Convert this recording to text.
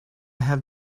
have